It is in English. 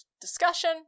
discussion